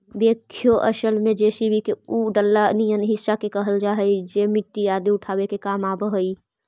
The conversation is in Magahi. बेक्हो असल में जे.सी.बी मशीन के उ डला निअन हिस्सा के कहल जा हई जे मट्टी आदि उठावे के काम आवऽ हई